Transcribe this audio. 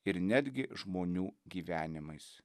ir netgi žmonių gyvenimais